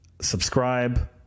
subscribe